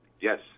Yes